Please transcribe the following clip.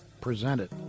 presented